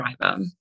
driver